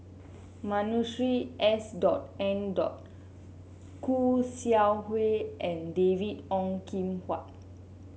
Masuri S N Khoo Seow Hwa and David Ong Kim Huat